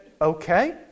okay